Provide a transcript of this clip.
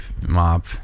mop